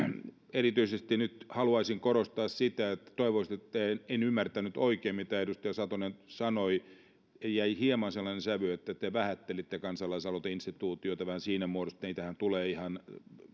erityisesti nyt haluaisin korostaa sitä että toivoisin että en ymmärtänyt oikein mitä edustaja satonen sanoi jäi hieman sellainen sävy että te vähättelitte kansalaisaloiteinstituutiota vähän siinä muodossa että niitähän tulee ihan